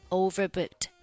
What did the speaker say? overbooked